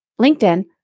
LinkedIn